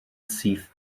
syth